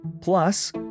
Plus